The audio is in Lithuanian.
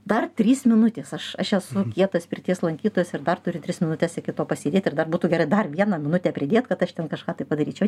dar trys minutės aš aš esu kietas pirties lankytojas ir dar turiu tris minutes iki to pasėdėti ir dar būtų gerai dar vieną minutę pridėt kad aš ten kažką tai padaryčiau